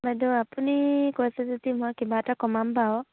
বাইদেউ আপুনি কৈছে যদি মই কিবা এটা কমাম বাৰু